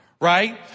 Right